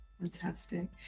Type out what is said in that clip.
Fantastic